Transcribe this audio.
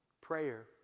Prayer